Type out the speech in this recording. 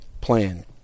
plan